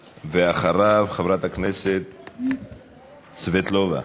ואחריו, חברת הכנסת סבטלובה.